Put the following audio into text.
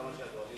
עד כמה שידוע לי,